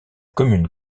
commune